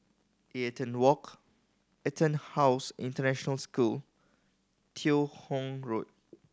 Eaton Walk EtonHouse International School Teo Hong Road